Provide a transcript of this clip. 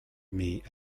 mais